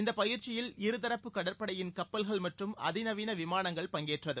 இந்த பயிற்சியில் இருதரப்பு கடற்படையின் கப்பல்கள் மற்றும் அதி நவீன விமானங்கள் பங்கேற்றது